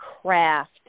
craft